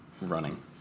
running